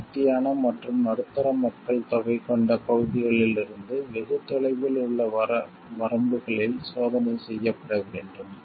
அடர்த்தியான மற்றும் நடுத்தர மக்கள் தொகை கொண்ட பகுதிகளிலிருந்து வெகு தொலைவில் உள்ள வரம்புகளில் சோதனை செய்யப்பட வேண்டும்